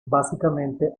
básicamente